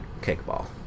kickball